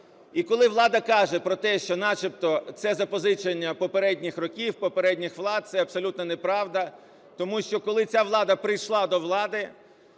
І коли влада каже про те, що начебто це запозичення попередніх років, попередніх влад, це абсолютна неправда. Тому що, коли ця влада прийшла до влади,